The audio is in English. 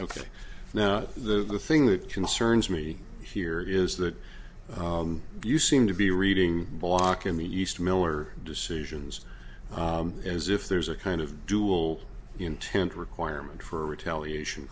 ok now the thing that concerns me here is that you seem to be reading walk in the east miller decisions as if there's a kind of dual intent requirement for retaliation